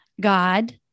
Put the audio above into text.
God